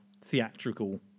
theatrical